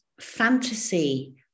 fantasy